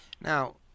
Now